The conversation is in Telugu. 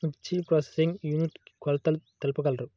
మిర్చి ప్రోసెసింగ్ యూనిట్ కి కొలతలు తెలుపగలరు?